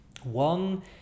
One